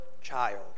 child